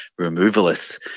removalists